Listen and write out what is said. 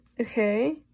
Okay